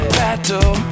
battle